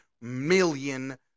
million